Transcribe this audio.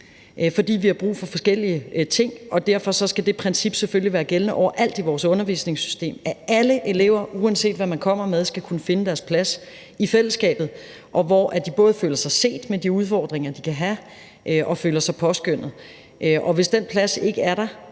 Vi har brug for forskellige ting, og derfor skal der selvfølgelig være det princip gældende overalt i vores undervisningssystem, at alle elever, uanset hvad de kommer med, skal kunne finde deres plads i fællesskabet, hvor de både føler sig set med de udfordringer, de kan have, og føler sig påskønnet. Hvis den plads ikke er der